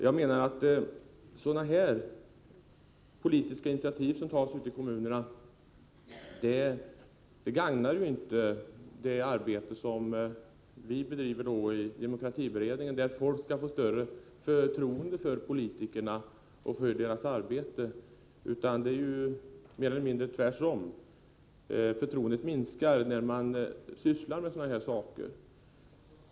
Jag menar att politiska initiativ av detta slag som tas ute i kommunerna inte gagnar det arbete som vi bedriver i demokratiberedningen, som syftar till att folk skall få större förtroende för politikerna och för deras arbete. Det är ju mer eller mindre tvärtom — förtroendet minskar när man sysslar med sådana saker.